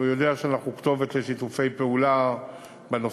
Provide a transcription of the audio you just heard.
והוא יודע שאנחנו כתובת של שיתופי פעולה בנושא,